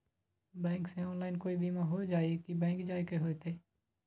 Bank से online कोई बिमा हो जाई कि बैंक जाए के होई त?